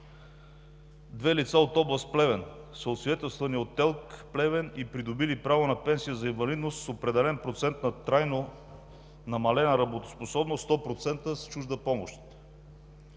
Две лица от област Плевен са освидетелствани от ТЕЛК – Плевен, и придобили право на пенсия за инвалидност с определен процент на трайно намалена работоспособност 100%, с чужда помощ.